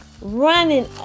running